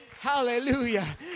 Hallelujah